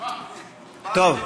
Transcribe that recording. טוב.